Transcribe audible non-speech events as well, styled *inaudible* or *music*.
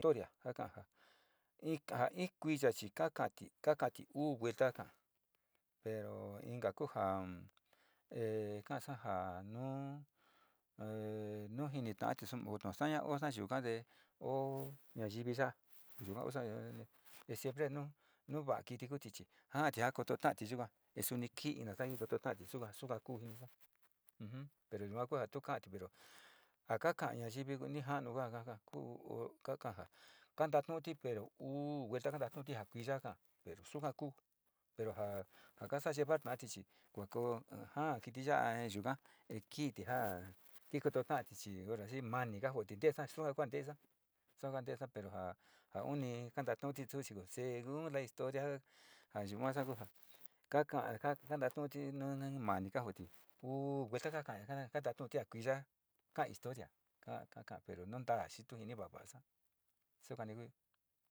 Historia, ka ka'a ja, in kaa in kuiya kaka'ati uu vuelta pero inka ku ja e kasa jaa nu, *hesitation* nu nujinita'ati nu sta'aña osta yuka tee o nayivi nustaña osta siempre nu va'a kiti chi jaati ja koto ta'ati yoka te suni ki'í kajitota'ati suka suka ku ujum *hesitation* pero yua tu ka'ati pero ja ka ka'a nayivi ni ja'anu kuaja ka ka'a ja nkantatu'uti pero ka uu vuelta kantatuúti ja kuiya kaka'a pero ja ka llevar ta'ati chi ora si manijooteesaa te sua ku ja ntesa pero ja uni kanta tu'uti tuchi segun la historia ja yua sa kuu ja kaka'a ntatu'uti mani jo uu vuelta kantatu'ti ka ka latu'uti ja kuiya ko'a historia ka kaka'a tu jiiniva'asa sukany ku.